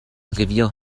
revier